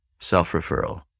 self-referral